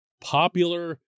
popular